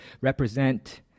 represent